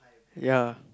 ya